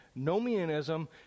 Nomianism